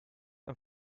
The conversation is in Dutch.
een